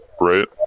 right